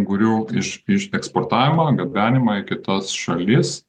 ungurių iš išeksportavimą gabenimą į kitas šalis